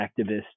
activists